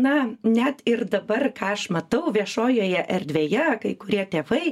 na net ir dabar ką aš matau viešojoje erdvėje kai kurie tėvai